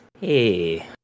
Hey